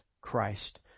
Christ